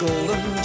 Golden